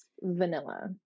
vanilla